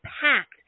packed